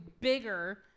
bigger